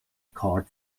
card